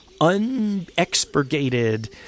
unexpurgated